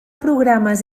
programes